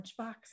lunchbox